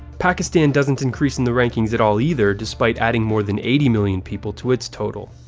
pakistan doesn't increase in the rankings at all either despite adding more than eighty million people to its total.